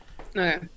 Okay